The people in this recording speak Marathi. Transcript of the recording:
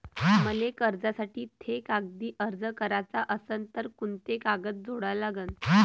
मले कर्जासाठी थे कागदी अर्ज कराचा असन तर कुंते कागद जोडा लागन?